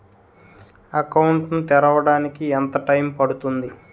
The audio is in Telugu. అకౌంట్ ను తెరవడానికి ఎంత టైమ్ పడుతుంది?